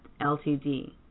LTD